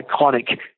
iconic